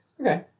Okay